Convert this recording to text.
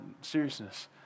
seriousness